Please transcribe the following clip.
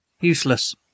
Useless